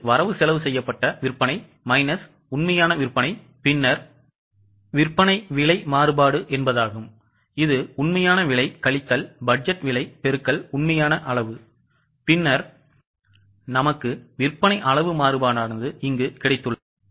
இது வரவுசெலவு செய்யப்பட்ட விற்பனை மைனஸ் உண்மையான விற்பனை பின்னர் விற்பனை விலை மாறுபாடு இது உண்மையான விலை கழித்தல் பட்ஜெட் விலை பெருக்கல் உண்மையான அளவு பின்னர் நமக்கு விற்பனை அளவு மாறுபாடு கிடைத்துள்ளது